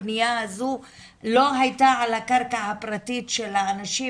הבנייה הזו לא הייתה על הקרקע הפרטית של האנשים,